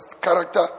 character